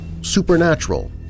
supernatural